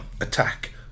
attack